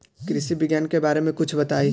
कृषि विज्ञान के बारे में कुछ बताई